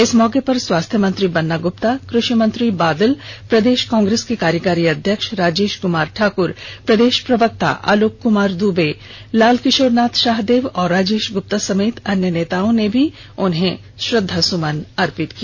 इस मौके पर स्वास्थ्य मंत्री बन्ना ग्रप्ता कृषि मंत्री बादल प्रदेश कांग्रेस के कार्यकारी अध्यक्ष राजेश कमार ठाक्र प्रदेश प्रवक्ता आलोक कमार दूबे लाल किशोरनाथ शाहदेव और राजेश गुप्ता समेत अन्य नेताओं ने भी पार्थिव शरीर पर प्रष्प अर्पित किया